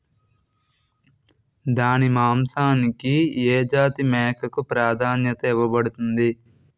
దాని మాంసానికి ఏ జాతి మేకకు ప్రాధాన్యత ఇవ్వబడుతుంది?